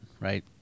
right